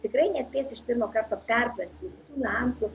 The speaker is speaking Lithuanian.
tikrai nespės iš pirmo karto perprasti niuansų